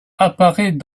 apparaît